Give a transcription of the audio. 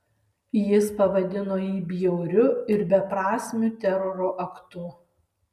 jis pavadino jį bjauriu ir beprasmiu teroro aktu